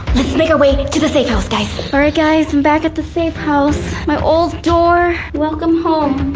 let's make our way to to the safe house, guys. all right guys, i'm back at the safe house. my old door, welcome home!